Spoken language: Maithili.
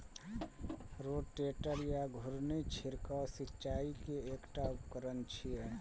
रोटेटर या घुर्णी छिड़काव सिंचाइ के एकटा उपकरण छियै